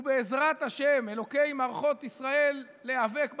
ובעזרת השם אלוקינו מערכות ישראל, להיאבק בטרור,